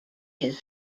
his